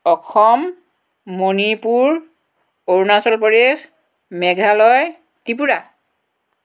Assam Manipur Arunachal Pradesh Meghalaya Tripura